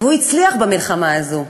והוא הצליח במלחמה הזאת,